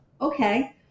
Okay